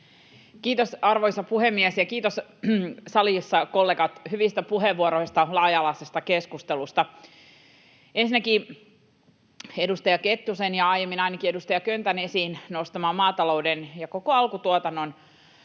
Kiitos, arvoisa puhemies! Ja kiitos, kollegat salissa, hyvistä puheenvuoroista, laaja-alaisesta keskustelusta. Ensinnäkin, edustaja Kettusen ja aiemmin ainakin edustaja Köntän esiin nostama maatalouden ja koko alkutuotannon